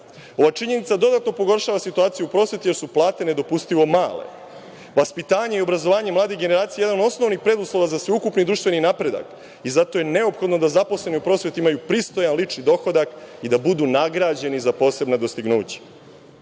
Ova činjenica dodatno pogoršava situaciju u prosveti jer su plate nedopustivo male. Vaspitanje i obrazovanje mladih generacija je jedan od osnovnih preduslova za sveukupni društveni napredak i zato je neophodno da zaposleni u prosveti imaju pristojan lični dohodak i da budu nagrađeni za posebna dostignuća. Svi